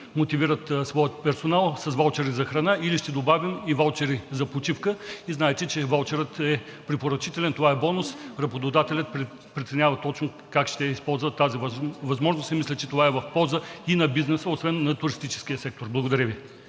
мотивират своя персонал – с ваучери за храна или ще добавим и ваучери за почивка. Знаете, че ваучерът е препоръчителен, това е бонус. Работодателят преценява точно как ще използва тази възможност. Мисля, че това е в полза и на бизнеса освен на туристическия сектор. Благодаря Ви.